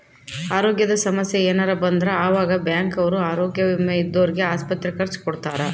ಅರೋಗ್ಯದ ಸಮಸ್ಸೆ ಯೆನರ ಬಂದ್ರ ಆವಾಗ ಬ್ಯಾಂಕ್ ಅವ್ರು ಆರೋಗ್ಯ ವಿಮೆ ಇದ್ದೊರ್ಗೆ ಆಸ್ಪತ್ರೆ ಖರ್ಚ ಕೊಡ್ತಾರ